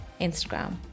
Instagram